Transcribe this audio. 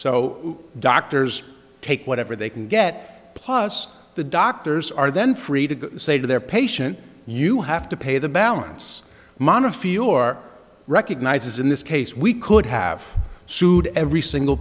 so doctors take whatever they can get plus the doctors are then free to say to their patient you have to pay the balance montefiore recognizes in this case we could have sued every single